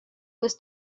was